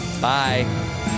Bye